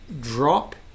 drop